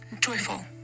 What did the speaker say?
joyful